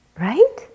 Right